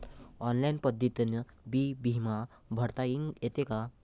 Online पद्धतीनं बी बिमा भरता येते का?